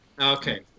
Okay